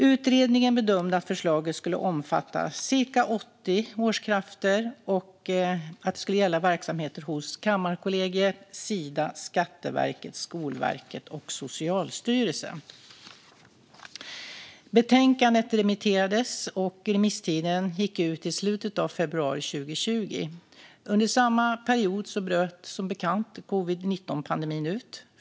Utredningen bedömde att förslaget skulle omfatta cirka 80 årsarbetskrafter och att det skulle gälla verksamheter hos Kammarkollegiet, Sida, Skatteverket, Skolverket och Socialstyrelsen. Betänkandet remitterades, och remisstiden gick ut i slutet av februari 2020. Under samma period bröt som bekant covid-19-pandemin ut.